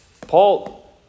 Paul